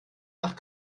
nach